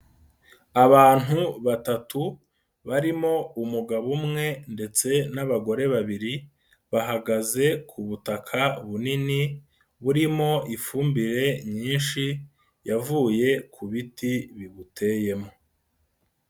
Abantu batatu barimo umugabo umwe ndetse n'abagore babiri, bahagaze ku butaka bunini burimo ifumbire nyinshi, yavuye ku biti bibuteyemo.